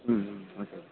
hmm hmm okay oak